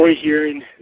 hearing